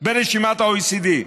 ברשימת ה-OECD.